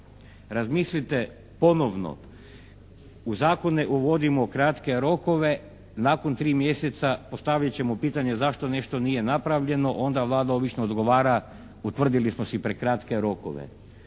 Razmislite ponovno u zakone uvodimo kratke rokove, nakon 3 mjeseca postavit ćemo pitanje zašto nešto nije napravljeno, onda Vlada obično odgovara utvrdili smo si prekratke rokove.